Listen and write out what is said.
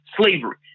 slavery